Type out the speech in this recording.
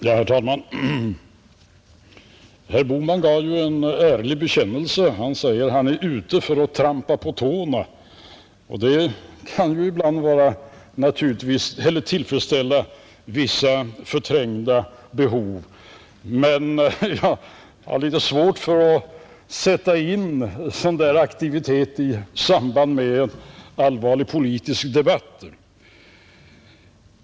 Herr talman! Herr Bohman gjorde ju en ärlig bekännelse; han sade att han är ute efter att trampa på tårna. Det kan naturligtvis ibland tillfredsställa vissa förträngda behov, men jag har litet svårt att sätta en sådan aktivitet i samband med en allvarlig politisk debatt.